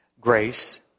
Grace